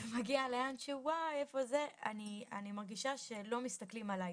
אני מרגישה שלא מסתכלים עליי,